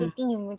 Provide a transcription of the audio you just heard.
team